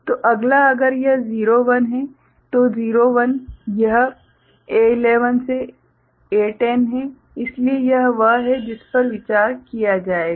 तो अगला अगर यह 01 है तो 01 यह A11 से A10 है इसलिए यह वह है जिस पर विचार किया जाएगा